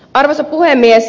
arvoisa puhemies